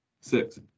Six